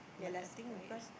yeah lah spoilt